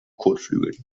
kotflügeln